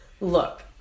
look